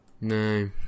No